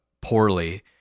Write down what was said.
Poorly